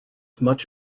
much